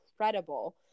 incredible